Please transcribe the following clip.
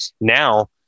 now